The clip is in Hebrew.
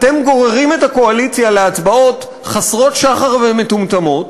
אתם גוררים את הקואליציה להצבעות חסרות שחר ומטומטמות